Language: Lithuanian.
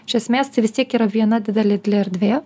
iš esmės tai vis tiek yra viena didelė erdvė